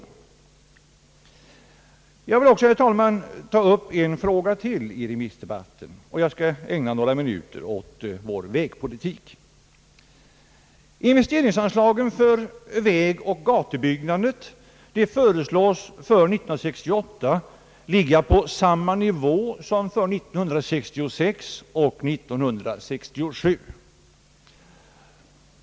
Jag vill, herr talman, ta upp ytterligare en fråga i remissdebatten. Jag skall ägna några minuter åt vår vägpolitik. Investeringsanslagen för vägoch gatubyggandet föreslås för år 1968 ligga på samma nivå som för åren 1966 och 1967.